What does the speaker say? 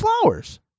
flowers